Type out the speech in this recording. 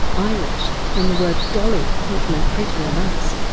irish, in the word! dolly! which meant pretty or nice.